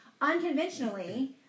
Unconventionally